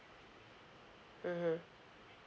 mmhmm